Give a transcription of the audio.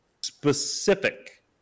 specific